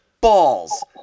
balls